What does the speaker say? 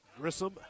Grissom